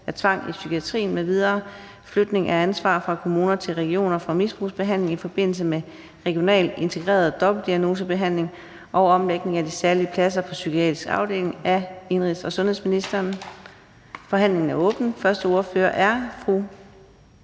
af tvang i psykiatrien m.v. (Flytning af ansvar fra kommuner til regioner for misbrugsbehandling i forbindelse med regional integreret dobbeltdiagnosebehandling og omlægning af de særlige pladser på psykiatrisk afdeling). Af indenrigs- og sundhedsministeren (Sophie Løhde). (Fremsættelse